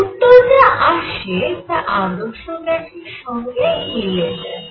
উত্তর যা আসে তা আদর্শ গ্যাসের সঙ্গে মিলে যায়